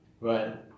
Right